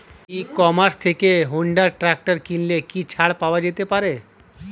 ই commerce থেকে Honda tractor কিনলে কি ছাড় পাওয়া যেতে পারে?